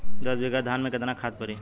दस बिघा धान मे केतना खाद परी?